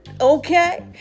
okay